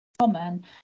common